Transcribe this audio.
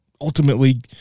ultimately